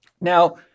Now